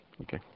Okay